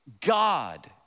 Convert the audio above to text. God